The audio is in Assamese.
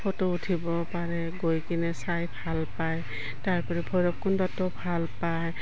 ফটো উঠিব পাৰে গৈ কিনে চাই ভাল পায় তাৰোপৰি ভৈৰৱকুণ্ডটো ভাল পায়